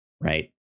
right